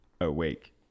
Awake